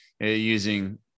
using